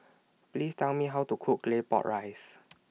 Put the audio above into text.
Please Tell Me How to Cook Claypot Rice